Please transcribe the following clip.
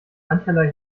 mancherlei